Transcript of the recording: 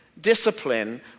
discipline